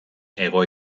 hego